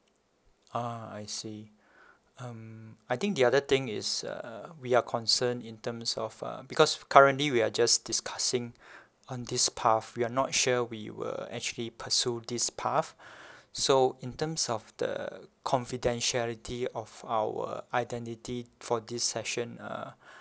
ah I see um I think the other thing is uh we are concern in terms of uh because currently we are just discussing on this path we are not sure we will actually pursue this path so in terms of the confidentiality of our identity for this session uh